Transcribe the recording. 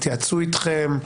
האם התייעצו איתכם?